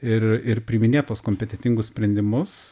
ir ir priiminėt tuos kompetentingus sprendimus